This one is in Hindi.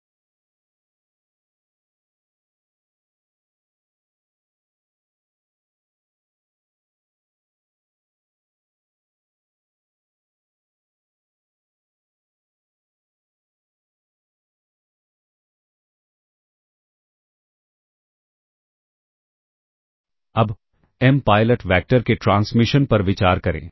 अब m पायलट वैक्टर के ट्रांसमिशन पर विचार करें